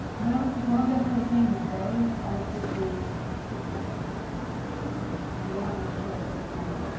well, grog definitely came this way. as did the stitch monster, so you don't have much choice but to follow.